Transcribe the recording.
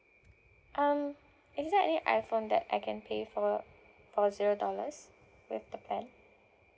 um is there any iphone that I can pay for for zero dollars with the plan